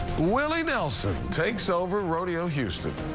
willie nelson takes over rodeo houston.